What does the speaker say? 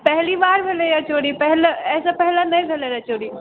पहली बार भेलैया चोरी पहले अहिसँ पहिले नहि भेलै रहै चोरी